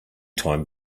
time